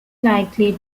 likely